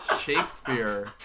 Shakespeare